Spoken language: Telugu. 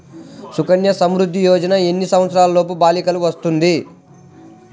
సుకన్య సంవృధ్ది యోజన ఎన్ని సంవత్సరంలోపు బాలికలకు వస్తుంది?